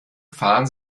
fahren